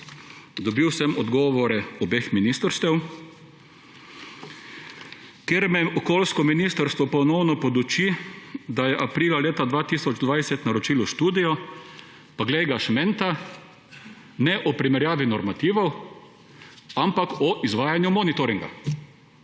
Dobil sem odgovore obeh ministrstev, kjer me okoljsko ministrstvo ponovno poduči, da je aprila leta 2020 naročilo študijo, pa glej ga šment, ne o primerjavi normativov, ampak o izvajanju monitoringa.